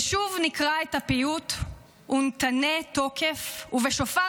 ושוב נקרא את הפיוט "ונתנה תוקף" "ובשופר